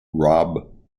rob